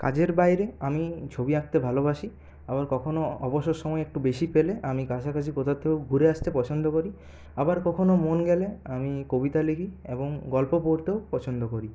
কাজের বাইরে আমি ছবি আকঁতে ভালোবাসি আবার কখনও অবসর সময় একটু বেশি পেলে আমি কাছাকাছি কোথাও থেকে ঘুরে আসতে পছন্দ করি আবার কখনো মন গেলে আমি কবিতা লিখি এবং গল্প পড়তেও পছন্দ করি